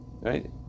right